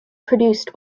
produced